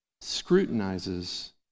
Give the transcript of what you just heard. scrutinizes